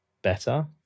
better